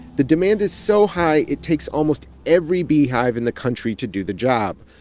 the demand is so high, it takes almost every beehive in the country to do the job,